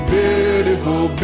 beautiful